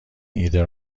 ایده